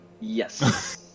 Yes